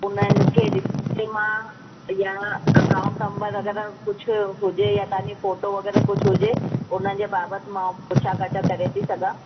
उननि खे ॾिसी मां या अकाउंट नंबर अगरि कुझु हुजे या तव्हांजी फ़ोटो वग़ैरह कुझु हुजे उन जे बाबति मां पुछा काछा करे थी सघां